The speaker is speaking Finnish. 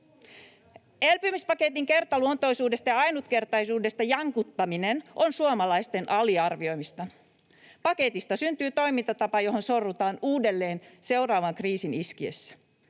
Elpymispaketin kertaluontoisuudesta ja ainutkertaisuudesta jankuttaminen on suomalaisten aliarvioimista. Paketista syntyy toimintatapa, johon sorrutaan uudelleen seuraavan kriisin iskiessä.